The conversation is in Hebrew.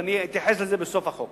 ואני אתייחס לזה בסוף דברי על החוק.